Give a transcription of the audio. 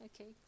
okay